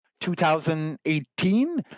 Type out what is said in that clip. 2018